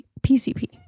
pcp